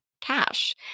cash